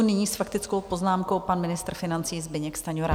Nyní s faktickou poznámkou pan ministr financí Zbyněk Stanjura.